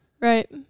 Right